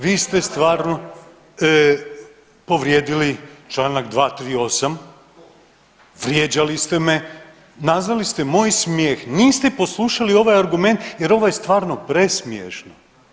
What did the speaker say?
Vi ste stvarno povrijedili čl. 238. vrijeđali ste me, nazvali ste moj smijeh niste poslušali ovaj argument jer ovo je stvarno presmiješno.